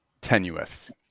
tenuous